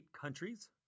countries